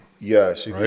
Yes